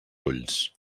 ulls